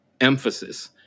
emphasis